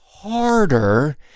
harder